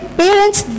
parents